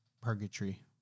purgatory